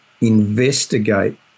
investigate